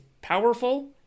powerful